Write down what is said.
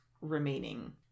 remaining